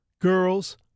girls